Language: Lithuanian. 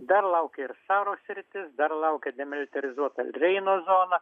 dar laukia ir saro sritis dar laukia demilitarizuota reino zona